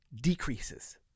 decreases